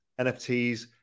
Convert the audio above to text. NFTs